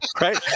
right